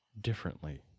differently